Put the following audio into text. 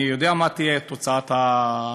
אני יודע מה תהיה תוצאת ההצבעה,